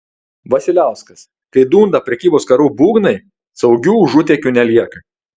vasiliauskas kai dunda prekybos karų būgnai saugių užutėkių nelieka